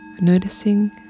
noticing